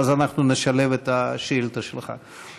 אנחנו נשלב את השאילתה שלך.